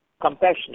compassionate